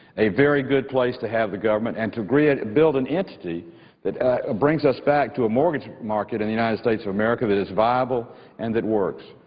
a very good place to have the government and to build an entity that ah brings us back to a mortgage market in the united states of america that is viable and that works.